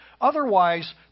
otherwise